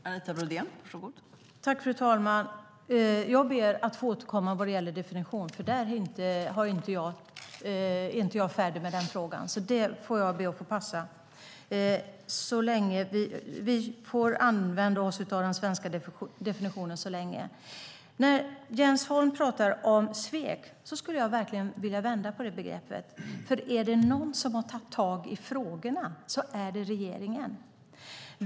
Fru talman! Jag ber att få återkomma vad gäller definitionen. Jag är inte färdig med den frågan, och jag ber att få passa. Vi får använda oss av den svenska definitionen så länge. Jens Holm pratar om svek. Men då skulle jag vilja vända på det begreppet. Om det är någon som har tagit tag i frågorna är det regeringen.